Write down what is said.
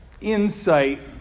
insight